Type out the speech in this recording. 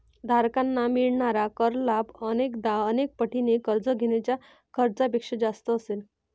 धारकांना मिळणारा कर लाभ अनेकदा अनेक पटीने कर्ज घेण्याच्या खर्चापेक्षा जास्त असेल